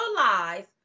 realize